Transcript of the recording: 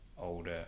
Older